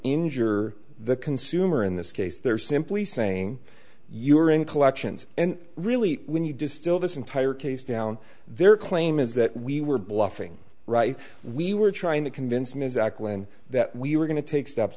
injure the consumer in this case they're simply saying you're in collections and really when you distill this entire case down their claim is that we were bluffing right we were trying to convince ms acland that we were going to take steps